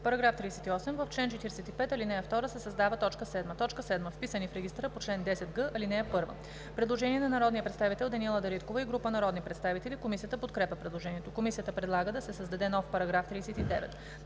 § 38: „§ 38. В чл. 45, ал. 2 се създава т. 7: „7. вписани в регистъра по чл. 10г, ал. 1.“ Предложение на народния представител Даниела Дариткова и група народни представители. Комисията подкрепя предложението. Комисията предлага да се създаде нов § 39: „§ 39.